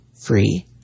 free